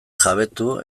jabetu